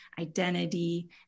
identity